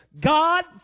God